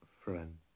friend